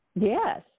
Yes